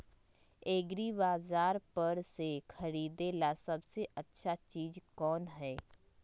एग्रिबाजार पर से खरीदे ला सबसे अच्छा चीज कोन हई?